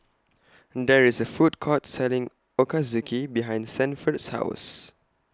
There IS A Food Court Selling Ochazuke behind Sanford's House